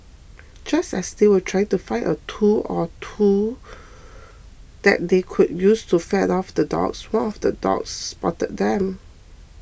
just as they were trying to find a tool or two that they could use to fend off the dogs one of the dogs spotted them